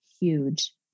huge